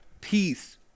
peace